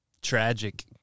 tragic